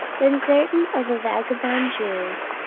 then certain of the vagabond jews,